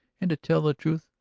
and, to tell the truth,